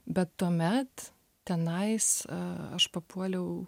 bet tuomet tenais aš papuoliau